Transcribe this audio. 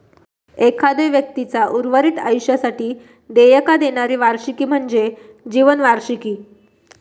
एखाद्यो व्यक्तीचा उर्वरित आयुष्यासाठी देयका देणारी वार्षिकी म्हणजे जीवन वार्षिकी